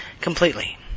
completely